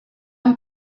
amb